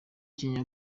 kenya